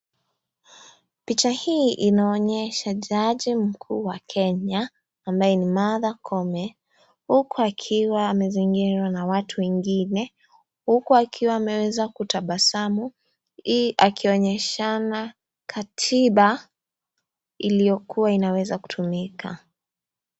Picha hii inaonyesha jaji mkuu wa Kenya ambaye ni Martha Koome huku akiwa amezingirwa na watu wengine. Huku akiwa ameweza kutabasamu akionyeshana katiba iliyokuwa inaweza kutumika.